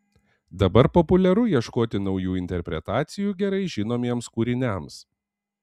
dabar populiaru ieškoti naujų interpretacijų gerai žinomiems kūriniams